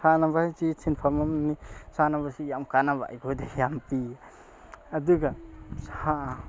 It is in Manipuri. ꯁꯥꯟꯅꯕ ꯍꯥꯏꯔꯤꯁꯤ ꯁꯤꯟꯐꯝ ꯑꯃꯅꯤ ꯁꯥꯟꯅꯕꯁꯤ ꯌꯥꯝ ꯀꯥꯟꯅꯕ ꯑꯩꯈꯣꯏꯗ ꯌꯥꯝ ꯄꯤ ꯑꯗꯨꯒ